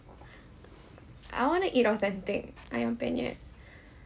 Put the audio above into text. I want to eat authentic ayam penyet